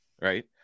right